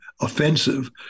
offensive